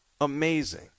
amazing